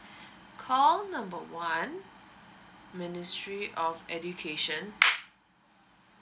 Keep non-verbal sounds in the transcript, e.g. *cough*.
call number one ministry of education *noise*